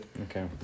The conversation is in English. Okay